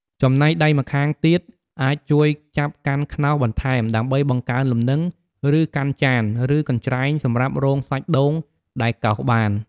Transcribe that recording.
ចំណែកដៃម្ខាងទៀតអាចជួយចាប់កាន់ខ្នោសបន្ថែម ដើម្បីបង្កើនលំនឹង ឬ កាន់ចាន ឬ កញ្ច្រែងសម្រាប់រងសាច់ដូងដែលកោសបាន។